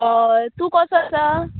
अय तूं कोसो आसा